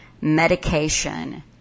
medication